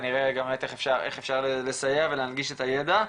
ונראה באמת איך אפשר לסייע ולהנגיש את הידע.